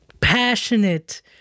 passionate